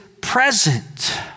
present